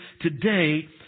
Today